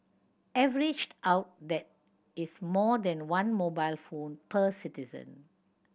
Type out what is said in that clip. averaged out that is more than one mobile phone per citizen